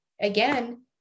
again